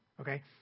okay